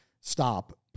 stop